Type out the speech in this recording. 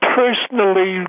personally